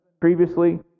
previously